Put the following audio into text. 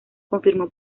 confirmó